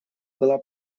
была